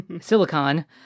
Silicon